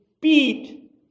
beat